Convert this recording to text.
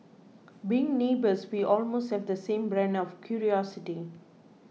being neighbours we almost have the same brand of curiosity